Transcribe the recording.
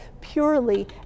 purely